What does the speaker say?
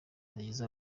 zigize